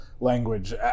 language